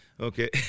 Okay